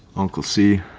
uncle c.